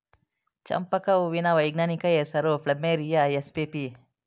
ಚಂಪಕ ಹೂವಿನ ವೈಜ್ಞಾನಿಕ ಹೆಸರು ಪ್ಲಮೇರಿಯ ಎಸ್ಪಿಪಿ